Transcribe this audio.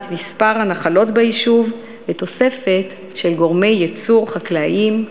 מספר הנחלות ביישוב ותוספת של גורמי ייצור חקלאיים,